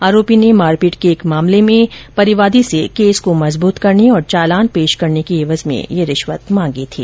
आरोपी ने मारपीट के एक मामले में परिवादी से केस को मजबूत करने और चालान पेश करनी की एवज में यह रिश्वत मांगी थी